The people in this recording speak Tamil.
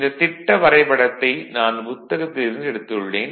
இந்த திட்ட வரைபடத்தை நான் புத்தகத்தில் இருந்து எடுத்துள்ளேன்